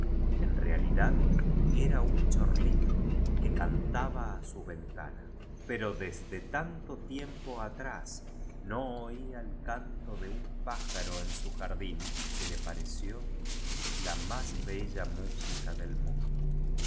en realidad era uu chorlito que canta ba á su ventana pero desde tanto tiempo atrás no ola el canto de un pájaro en su jardín que le pareció la más bella músi ca del mundoentonces